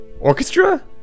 orchestra